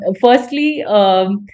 firstly